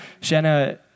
Shanna